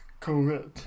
COVID